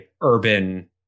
urban